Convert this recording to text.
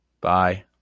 Bye